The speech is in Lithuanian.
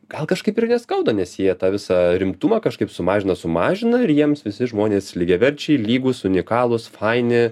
gal kažkaip ir neskauda nes jie tą visą rimtumą kažkaip sumažina sumažina ir jiems visi žmonės lygiaverčiai lygūs unikalūs faini